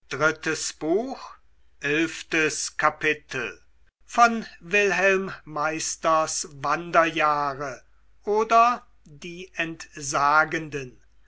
goethe wilhelm meisters wanderjahre oder die entsagenden